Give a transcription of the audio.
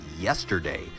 yesterday